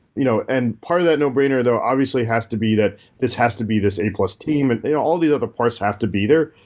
you know and part of that no-brainer though obviously has to be that this has to be this a plus team and all these other parts have to be there,